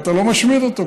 ואתה לא משמיד אותו,